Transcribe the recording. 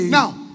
Now